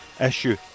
Issue